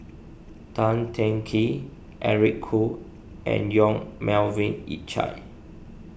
Tan Teng Kee Eric Khoo and Yong Melvin Yik Chye